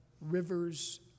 rivers